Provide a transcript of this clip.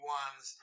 ones